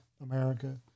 America